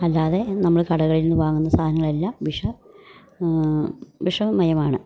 അല്ലാതെ നമ്മള് കടകളിൽ നിന്ന് വാങ്ങുന്ന സാധനങ്ങളെല്ലാം വിഷ വിഷമയമാണ്